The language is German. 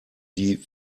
die